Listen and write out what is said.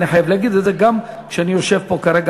אני חייב להגיד את זה גם כשאני יושב פה כרגע,